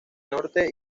norte